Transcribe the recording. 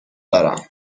دارم